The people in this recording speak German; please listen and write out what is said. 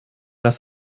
das